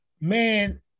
man